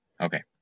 Okay